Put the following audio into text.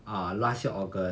ah last year august